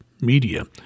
media